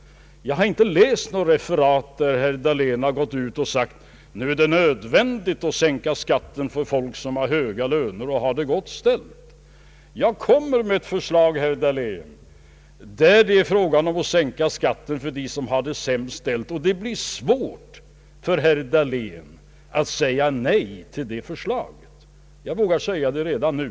Jag har inte läst något referat av att herr Dahlén sagt, att nu är det nödvändigt att sänka skatten för folk som har höga löner och har det gott ställt. Jag kommer att framlägga ett förslag, herr Dahlén, om att sänka skatten för dem som det sämst ställt, och det blir svårt för herr Dahlén att säga nej till det förslaget — det vågar jag säga redan nu.